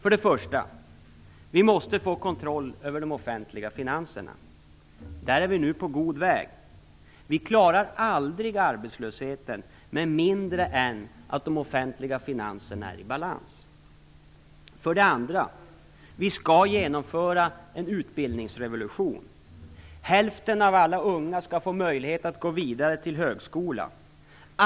För det första: Vi måste få kontroll över de offentliga finanserna. Där är vi nu på god väg. För det andra: Vi skall genomföra en utbildningsrevolution. Hälften av alla unga skall få möjlighet att gå vidare till högskola.